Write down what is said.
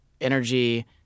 energy